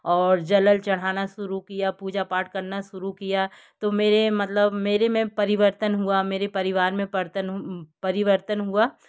और जल अल चढ़ाना शुरू किया पूजा पाठ करना शुरू किया तो मेरे मतलब मेरे में परिवर्तन हुआ मेरे परिवार में परिवर्तन हुआ